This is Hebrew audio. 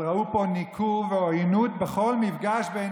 אבל ראו פה ניכור ועוינות בכל מפגש בין